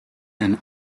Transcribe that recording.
and